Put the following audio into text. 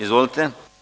Izvolite.